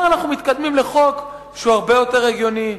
כבר אנחנו מתקדמים לחוק שהוא הרבה יותר הגיוני,